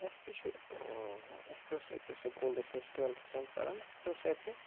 اَسہِ تہِ چھُ اَسہِ تہِ اوس اَتہِ سکوٗل أسۍ ٲسۍ ٹُوٮ۪لتھس منٛز پَران اَسہِ تہِ اوس اَتہِ